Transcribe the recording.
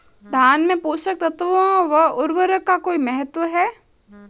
धान में पोषक तत्वों व उर्वरक का कोई महत्व है?